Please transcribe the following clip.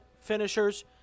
finishers